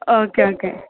okay okay